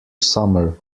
summer